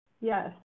yes